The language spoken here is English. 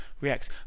react